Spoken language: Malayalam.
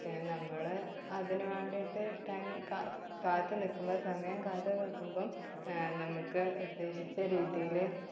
പിന്നെ നമ്മൾ അതിനു വേണ്ടിയിട്ട് ടൈം കാത്തു നിൽക്കുമ്പോൾ സമയം കാത്തു നിൽക്കുമ്പോൾ നമുക്ക് ഉദ്ദേശിച്ച രീതിയിൽ